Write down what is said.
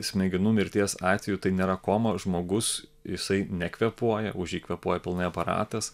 smegenų mirties atveju tai nėra koma žmogus jisai nekvėpuoja už jį kvėpuoja pilnai aparatas